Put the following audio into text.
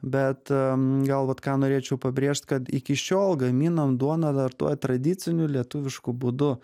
bet gal vat ką norėčiau pabrėžt kad iki šiol gaminam duoną ar tuo tradiciniu lietuvišku būdu